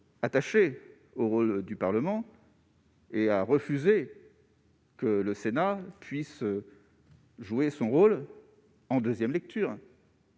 attaché au rôle du Parlement, mais de refuser que le Sénat puisse jouer son rôle en nouvelle lecture.